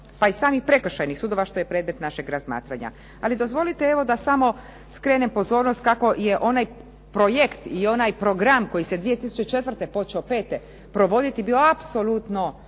pa i samih prekršajnih sudova što je predmet našeg razmatranja. Ali dozvolite evo da samo skrenem pozornost kako je onaj projekt i onaj program koji se 2004. počeo provoditi bio apsolutno